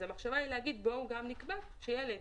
המחשבה היא לומר שגם נקבע שילד,